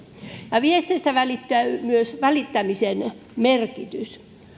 ja viesteistä välittyy myös välittämisen merkitys